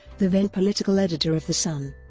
the then political editor of the sun,